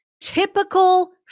Typical